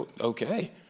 okay